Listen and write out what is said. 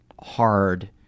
hard